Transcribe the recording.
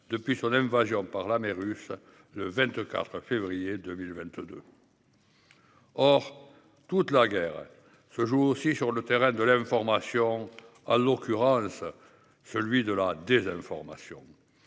depuis son invasion par l'armée russe le 24 février 2022. Or toute la guerre se joue aussi sur le terrain de l'information en l'occurrence. Celui de la désinformation.